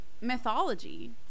mythology